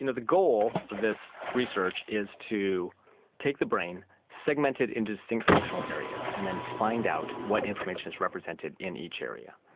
you know the goal of this research is to take the brain, segment it into distinct functional areas and then find out what information is represented in each area.